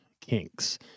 kinks